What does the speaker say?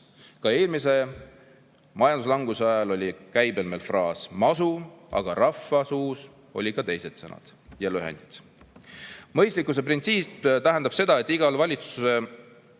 Ka eelmise majanduslanguse ajal oli käibel fraas masu, aga rahvasuus olid ka teised sõnad ja lühendid. Mõistlikkuse printsiip tähendab seda, et igal valitsuse